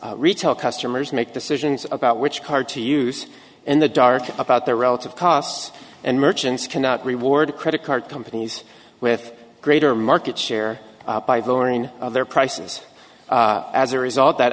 retail customers make decisions about which card to use in the dark about their relative costs and merchants cannot reward credit card companies with greater market share by the learning of their prices as a result that